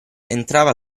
entrava